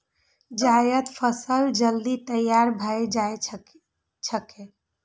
जायद फसल जल्दी तैयार भए जाएत छैक